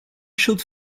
should